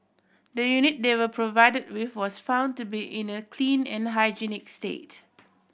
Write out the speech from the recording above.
the unit they were provided with was found to be in a clean and hygienic state